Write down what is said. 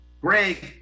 Greg